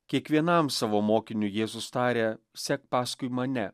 kiekvienam savo mokiniui jėzus tarė sek paskui mane